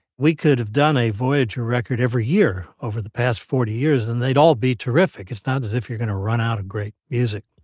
we could have done a voyager record every year over the past forty years and they'd all be terrific. it's not as if you're gonna run out of great music